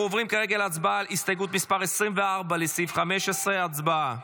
נעבור כעת להצבעה על הסתייגות 25 לסעיף 15. הצבעה.